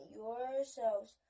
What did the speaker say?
yourselves